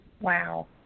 Wow